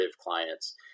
clients